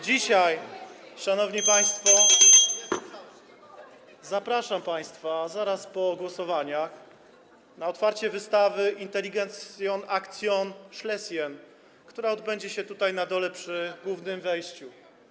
Dzisiaj, szanowni państwo, zapraszam państwa zaraz po głosowaniach na otwarcie wystawy „Intelligenzaktion Schlesien”, która odbędzie się tutaj na dole, przy głównym wejściu.